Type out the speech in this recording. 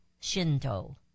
Shinto